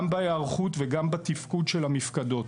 גם בהיערכות וגם בתפקוד של המפקדות.